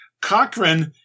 Cochrane